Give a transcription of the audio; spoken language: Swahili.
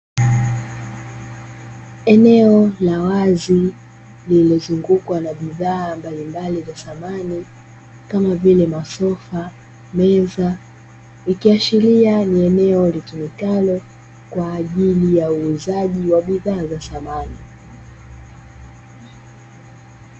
Eneo la wazi lililozungukwa na bidhaa mbalimbali za samani kama vile masofa, meza. Ikishiria ni eneo litumikalo kwa ajili ya uuzaji wa bidhaa za samani.